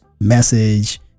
message